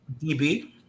DB